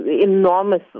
enormous